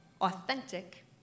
authentic